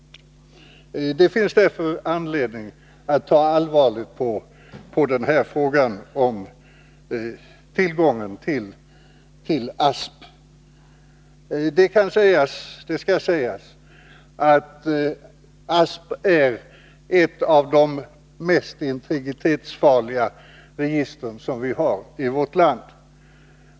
Det finns därför anledning att ta allvarligt på frågan om tillgång till ASP. Det skall sägas att ASP är ett av de mest integritetsfarliga register som vi har i vårt land.